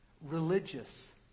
Religious